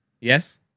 yes